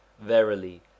Verily